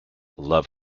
love